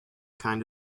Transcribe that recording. kinds